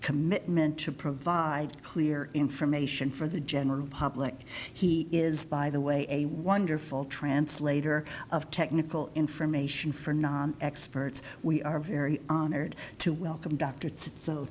commitment to provide clear information for the general public he is by the way a wonderful translator of technical information for non experts we are very honored to welcome d